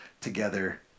together